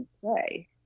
play